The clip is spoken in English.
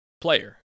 player